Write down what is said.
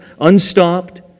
unstopped